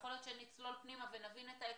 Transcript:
אבל יכול להיות שכשנצלול פנימה ונבין את ההיקפים,